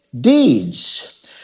deeds